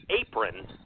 apron